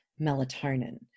melatonin